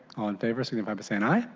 favor signify by saying aye.